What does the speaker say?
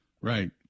right